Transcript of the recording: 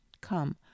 Come